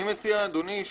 אני מציע, אדוני,